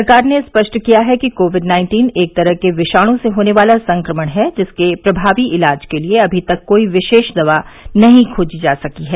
सरकार ने स्पष्ट किया है कि कोविड नाइन्टीन एक तरह के विषाणु से होने वाला संक्रमण है जिसके प्रभावी इलाज के लिए अभी तक कोई विशेष दवा नहीं खोजी जा सकी है